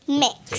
mix